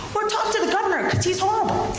or talk to the governor, because he's horrible.